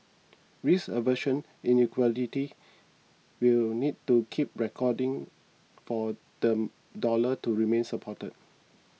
risk aversion in equities will need to keep receding for the dollar to remain supported